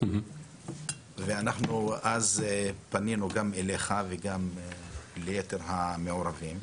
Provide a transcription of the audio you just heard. ואנחנו אז פנינו גם אליך וגם ליתר המעורבים,